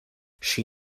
she